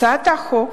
הצעת חוק